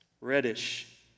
reddish